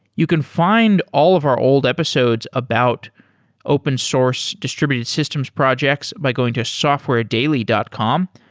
you can find all of our old episodes about open source distributed systems projects by going to softwaredaily dot com.